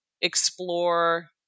explore